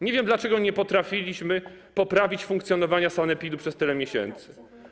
Nie wiem, dlaczego nie potrafiliśmy poprawić funkcjonowania sanepidu przez tyle miesięcy.